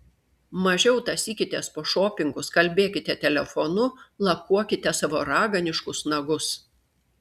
mažiau tąsykitės po šopingus kalbėkite telefonu lakuokite savo raganiškus nagus